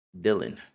Dylan